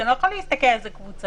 אתה לא יכול להסתכל על זה באופן קבוצתי.